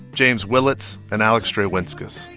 james willits and alex drewinzkis.